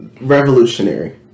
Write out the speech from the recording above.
Revolutionary